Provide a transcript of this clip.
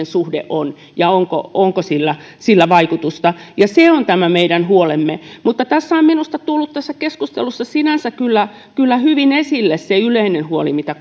suhde on ja onko sillä sillä vaikutusta ja se on tämä meidän huolemme mutta tässä keskustelussa on minusta tullut sinänsä kyllä kyllä hyvin esille se yleinen huoli mitä